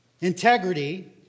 Integrity